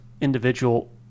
individual